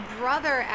brother